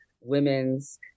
women's